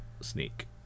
sneak